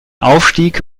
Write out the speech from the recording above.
aufstieg